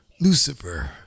Lucifer